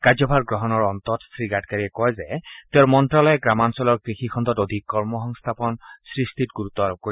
কাৰ্যভাৰ গ্ৰহণৰ অন্তত শ্ৰীগাডকাৰীয়ে কয় যে তেওঁৰ মন্ত্যালয় গ্ৰামাঞ্চলৰ কৃষি খণ্ডত অধিক কৰ্ম সংস্থাপন সৃষ্টিত গুৰুত্ব আৰোপ কৰিব